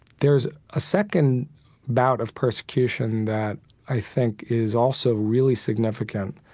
there's a second bout of persecution that i think is also really significant,